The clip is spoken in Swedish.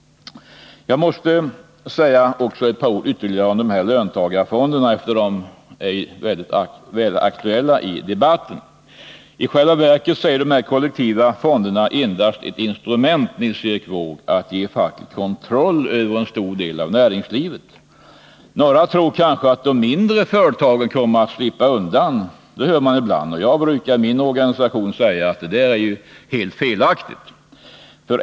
Jag måste också säga ytterligare ett par ord om löntagarfonderna, eftersom de är aktuella i debatten. I själva verket är dessa kollektiva fonder endast ett instrument att ge facket kontroll över en stor del av näringslivet, Nils Erik Wååg. Några tror kanske att de mindre företagen kommer att slippa undan. Jag brukar i min organisation säga att det är helt felaktigt.